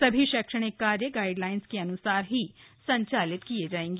सभी शैक्षणिक कार्य गाइडलाइंस के अन्सार ही संचालित किए जाएंगे